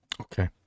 Okay